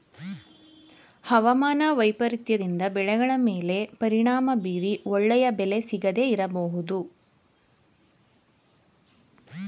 ಅವಮಾನ ವೈಪರೀತ್ಯದಿಂದ ಬೆಳೆಗಳ ಮೇಲೆ ಪರಿಣಾಮ ಬೀರಿ ಒಳ್ಳೆಯ ಬೆಲೆ ಸಿಗದೇ ಇರಬೋದು